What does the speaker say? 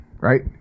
right